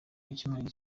w’icyumweru